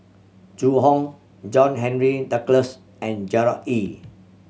Zhu Hong John Henry Duclos and Gerard Ee